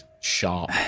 sharp